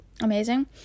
amazing